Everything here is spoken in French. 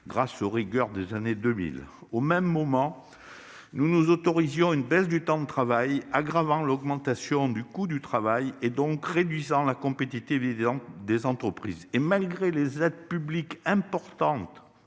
grâce aux rigueurs des années 2000. Au même moment, nous nous autorisions une baisse du temps de travail, aggravant l'augmentation du coût du travail, et donc réduisant la compétitivité des entreprises, malgré les aides publiques mises